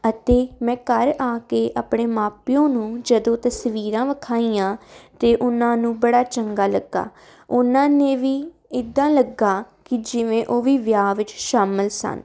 ਅਤੇ ਮੈਂ ਘਰ ਆ ਕੇ ਆਪਣੇ ਮਾਂ ਪਿਓ ਨੂੰ ਜਦੋਂ ਤਸਵੀਰਾਂ ਵਿਖਾਈਆਂ ਤਾਂ ਉਨ੍ਹਾਂ ਨੂੰ ਬੜਾ ਚੰਗਾ ਲੱਗਾ ਉਨ੍ਹਾਂ ਨੂੰ ਵੀ ਇੱਦਾਂ ਲੱਗਾ ਕਿ ਜਿਵੇਂ ਉਹ ਵੀ ਵਿਆਹ ਵਿੱਚ ਸ਼ਾਮਿਲ ਸਨ